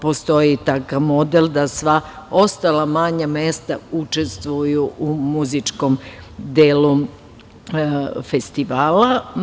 Postoji takav model da sva ostala manja mesta učestvuju u muzičkom delu festivala.